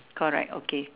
correct okay